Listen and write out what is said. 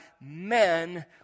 men